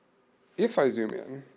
if i zoom in